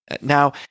Now